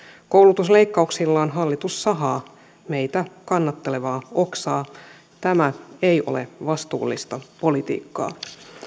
koulutusleikkauksillaan hallitus sahaa meitä kannattelevaa oksaa tämä ei ole vastuullista politiikkaa